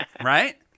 Right